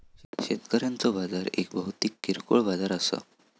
शेतकऱ्यांचो बाजार एक भौतिक किरकोळ बाजार असा